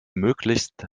möglichst